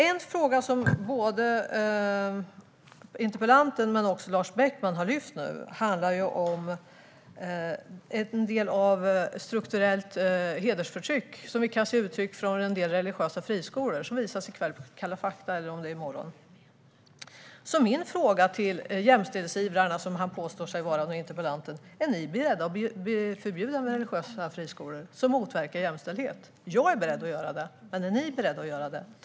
En fråga som både interpellanten och Lars Beckman har lyft är strukturellt hedersförtryck, som vi kan se uttryck för på en del religiösa friskolor. Det visas i kväll, eller om det var i morgon, i Kalla fakta . Min fråga till jämställdhetsivrarna, som interpellanten påstår sig tillhöra, är: Är ni beredda att förbjuda religiösa friskolor som motverkar jämställdhet? Jag är beredd att göra det. Är ni beredda att göra det?